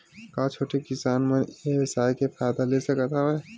का छोटे किसान मन ई व्यवसाय के फ़ायदा ले सकत हवय?